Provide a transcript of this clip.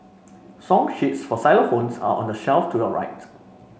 song sheets for xylophones are on the shelf to your rights